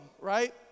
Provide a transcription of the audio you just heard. right